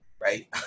right